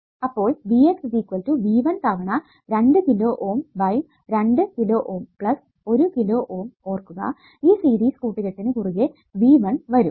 അപ്പോൾ V x V1 തവണ 2 kilo ohm by 2 kilo ohm 1 kilo ohm ഓർക്കുക ഈ സീരീസ് കൂട്ടുകെട്ടിനു കുറുകെ V1 വരും